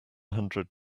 hundred